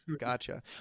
Gotcha